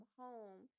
home